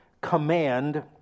command